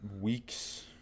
weeks